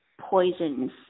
poisons